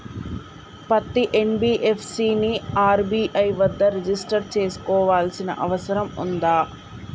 పత్తి ఎన్.బి.ఎఫ్.సి ని ఆర్.బి.ఐ వద్ద రిజిష్టర్ చేసుకోవాల్సిన అవసరం ఉందా?